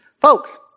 Folks